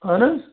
اَہَن حظ